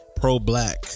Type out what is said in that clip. pro-black